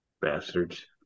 bastards